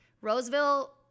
Roseville